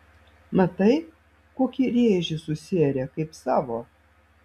matai kokį rėžį susiarė kaip savo